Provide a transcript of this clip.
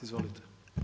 Izvolite.